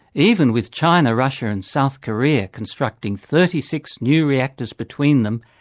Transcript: even with china, russia and south korea constructing thirty six new reactors between them,